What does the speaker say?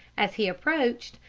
as he approached,